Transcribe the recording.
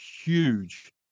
huge